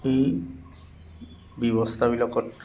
এই ব্যৱস্থাবিলাকত